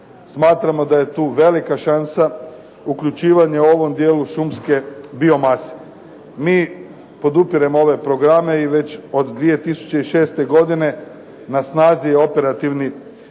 Smatramo da je tu velika šansa, uključivanje ovom dijelu šumske biomase. Mi podupiremo ove programe i već od 2006. godine na snazi je operativni program